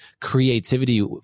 creativity